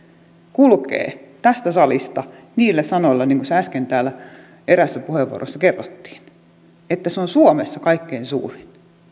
kulkee tästä salista niillä sanoilla niin kuin se äsken täällä eräässä puheenvuorossa kerrottiin että se on suomessa kaikkein suurin